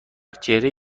چهره